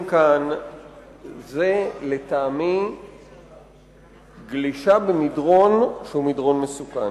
כאן זה לטעמי גלישה במדרון שהוא מדרון מסוכן.